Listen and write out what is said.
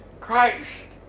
Christ